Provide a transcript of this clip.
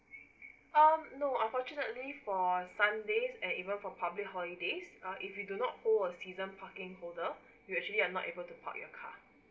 uh no unfortunately for sunday and even for public holidays uh if you do not hold a season parking owner you actually are not able to park your car